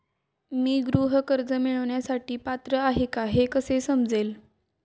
मी गृह कर्ज मिळवण्यासाठी पात्र आहे का हे कसे समजेल?